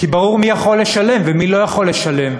כי ברור מי יכול לשלם ומי לא יכול לשלם,